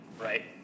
right